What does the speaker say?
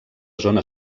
zona